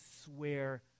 swear